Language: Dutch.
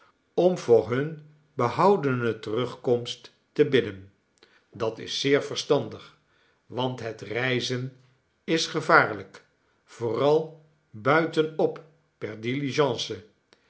om voor hunne behoudene terugkomst te bidden dat is zeer verstandig want het reizen is gevaarlijk vooral buitenop per